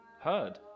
heard